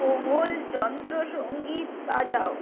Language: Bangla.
কোমল যন্ত্রসঙ্গীত বাজাও